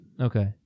Okay